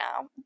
now